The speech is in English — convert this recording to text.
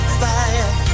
fire